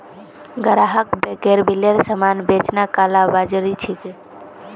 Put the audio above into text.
ग्राहकक बेगैर बिलेर सामान बेचना कालाबाज़ारी छिके